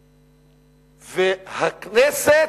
הכנסת,